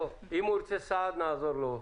אם הוא רוצה סעד, נעזור לו.